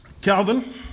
Calvin